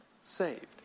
saved